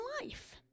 life